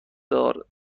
دار